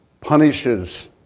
punishes